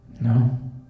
No